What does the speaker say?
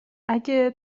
اگه